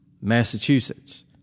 Massachusetts